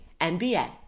NBA